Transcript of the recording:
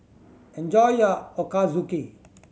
enjoy your Ochazuke